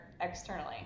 externally